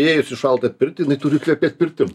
įėjus į šaltą pirtį jinai turi kvepėt pirtim